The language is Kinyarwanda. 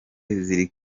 ziri